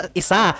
isa